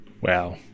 wow